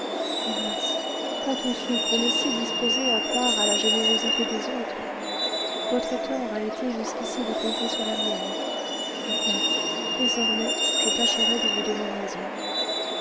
hélas quand on souffre on est si disposé à croire à la générosité des autres votre tort a été jusqu'ici de compter sur la mienne eh bien désormais je tâcherai de vous donner raison